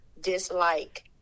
dislike